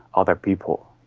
other people,